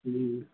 ہوں